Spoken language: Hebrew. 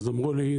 אז אמרו לי,